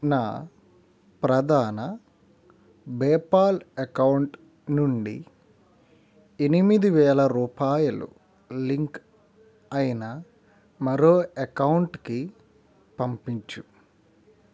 నా ప్రధాన PayPal account నుండి ఎనిమిది వేల రూపాయలు లింక్ అయిన మరో అకౌంట్కి పంపించు